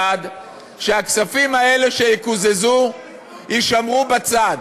בעד שהכספים האלה שיקוזזו יישמרו בצד.